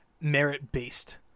merit-based